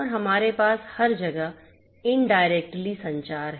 और हमारे पास हर जगह इनडायरेक्टली संचार है